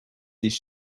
these